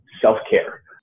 self-care